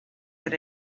that